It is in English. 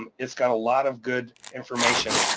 um it's got a lot of good information.